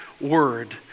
Word